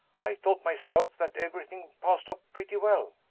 i thought myself that everything passed off pretty well.